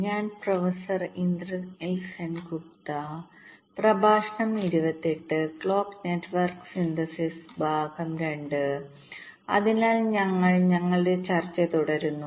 ഞങ്ങൾ ഞങ്ങളുടെ ചർച്ച തുടരുന്നു